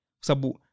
Sabu